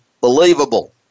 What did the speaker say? believable